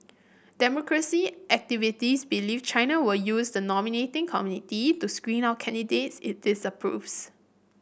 democracy activists believe China will use the nominating community to screen out candidates it disapproves